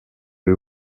eux